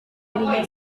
dirinya